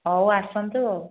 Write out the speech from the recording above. ହଉ ଆସନ୍ତୁ ଆଉ